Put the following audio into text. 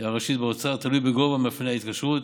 הראשית באוצר, תלוי בגובה ובמאפייני ההתקשרות.